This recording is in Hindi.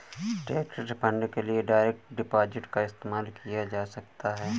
टैक्स रिफंड के लिए डायरेक्ट डिपॉजिट का इस्तेमाल किया जा सकता हैं